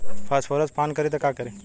Phosphorus पान करी त का करी?